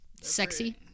Sexy